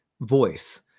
voice